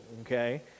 Okay